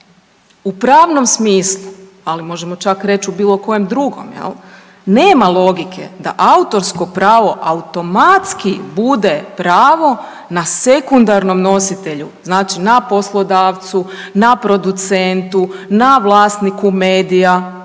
U pravnom smislu, ali možemo čak reći u bilo kojem drugom nema logike da autorsko pravo automatski bude pravo na sekundarnom nositelju, znači na poslodavcu, na producentu, na vlasniku medija